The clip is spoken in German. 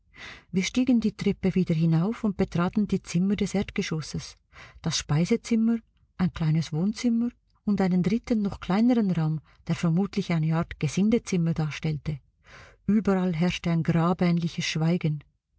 wir stiegen die treppe wieder hinauf und betraten die zimmer des erdgeschosses das speisezimmer ein kleines wohnzimmer und einen dritten noch kleineren raum der vermutlich eine art gesindezimmer darstellte überall herrschte ein grabähnliches schweigen